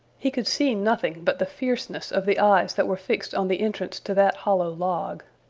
he could see nothing but the fierceness of the eyes that were fixed on the entrance to that hollow log.